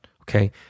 okay